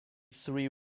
three